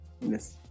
Yes